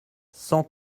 cent